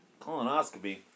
colonoscopy